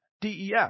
DEF